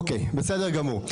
אוקיי, בסדר גמור.